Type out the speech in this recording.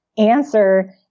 answer